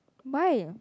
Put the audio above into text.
buy